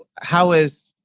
how is